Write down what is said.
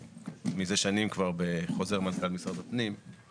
מזה שנים כבר בחוזר מנכ"ל משרד הפנים,